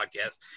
Podcast